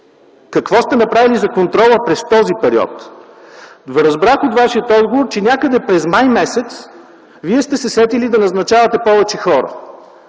Какво сте направили за контрола през този период? Разбрах от Вашия отговор, че някъде през м. май Вие сте се сетили да назначавате повече хора.